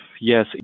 yes